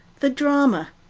the drama,